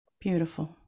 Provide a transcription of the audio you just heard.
beautiful